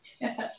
Yes